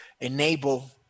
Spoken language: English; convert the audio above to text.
enable